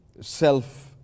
self